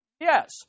Yes